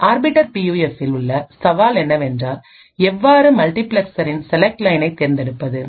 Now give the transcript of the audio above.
இந்த ஆர்பிட்டர் பி யூஎஃப்பில் உள்ள சவால் என்னவென்றால் எவ்வாறு மல்டிபிளக்ஸ்சரின் செலக்ட் லயனை தேர்ந்தெடுப்பது